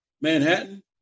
Manhattan